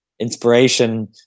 inspiration